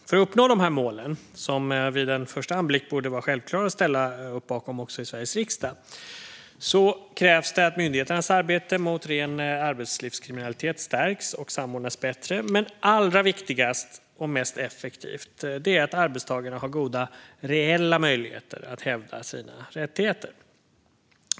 För att uppnå dessa mål, som vid en första anblick också i Sveriges riksdag borde vara självklara att ställa upp bakom, krävs det att myndigheternas arbete mot ren arbetslivskriminalitet stärks och samordnas bättre. Men allra viktigast och mest effektivt är att arbetstagarna har goda reella möjligheter att hävda sina rättigheter.